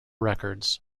records